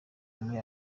muri